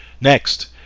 Next